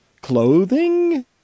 clothing